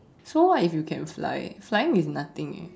so what if you can fly flying is nothing eh